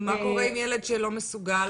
מה קורה עם ילד שלא מסוגל,